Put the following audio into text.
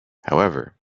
however